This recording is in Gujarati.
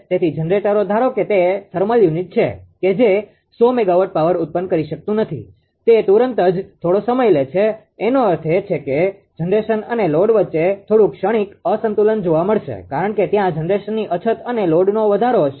તેથી જનરેટરો ધારો કે તે થર્મલ યુનિટ છે કે જે 100 મેગાવોટ પાવર ઉત્પન્ન કરી શકતું નથી તે તુરંત જ થોડો સમય લે છે એનો અર્થ એ છે કે જનરેશન અને લોડ વચ્ચે થોડુક ક્ષણિક અસંતુલન જોવા મળશે કારણ કે ત્યાં જનરેશનની અછત અને લોડનો વધારો હશે